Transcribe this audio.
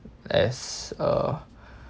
as a